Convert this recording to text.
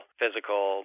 physical